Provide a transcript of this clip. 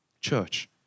Church